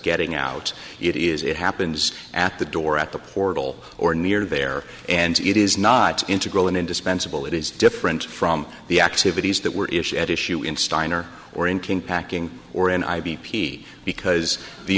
getting out it is it happens at the door at the portal or near there and it is not integral in indispensable it is different from the activities that were issued at issue in steiner or in king packing or in i b p because the